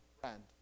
friend